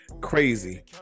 crazy